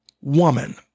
woman